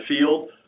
field